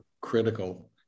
critical